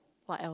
what else